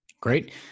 Great